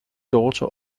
daughter